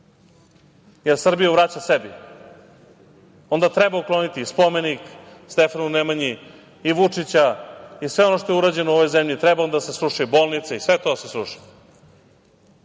jer Srbiju vraća sebi i onda treba ukloniti i spomenik Stefanu Nemanji i Vučića i sve ono što je urađeno u ovoj zemlji. Treba onda da se sruše i bolnice i sve to da se